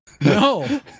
No